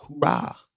Hoorah